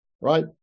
right